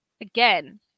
Again